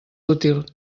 útil